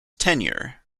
tenure